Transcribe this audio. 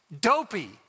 dopey